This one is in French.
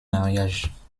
mariages